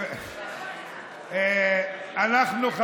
אנחנו,